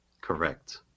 Correct